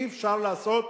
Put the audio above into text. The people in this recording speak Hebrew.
אי-אפשר לעשות